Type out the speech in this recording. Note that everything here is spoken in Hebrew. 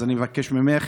אז אני מבקש ממך